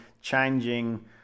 changing